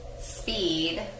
Speed